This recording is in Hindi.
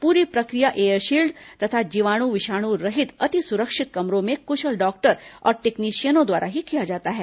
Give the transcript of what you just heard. पूरी प्रक्रिया एयरशील्ड तथा जीवाणु विषाणु रहित अति सुरक्षित कमरों में कुशल डॉक्टर और टेक्नीशियनों द्वारा ही किया जाता है